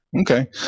Okay